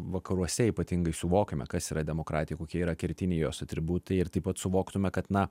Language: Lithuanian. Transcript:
vakaruose ypatingai suvokiame kas yra demokratija kokie yra kertiniai jos atributai ir taip pat suvoktume kad na